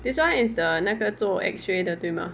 this [one] is the 那个做 X-ray 的对吗